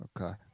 Okay